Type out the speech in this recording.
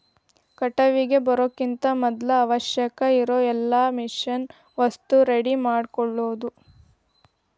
ಕಟಾವಿಗೆ ಬರುಕಿಂತ ಮದ್ಲ ಅವಶ್ಯಕ ಇರು ಎಲ್ಲಾ ಮಿಷನ್ ವಸ್ತು ರೆಡಿ ಮಾಡ್ಕೊಳುದ